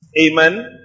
Amen